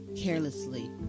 carelessly